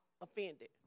offended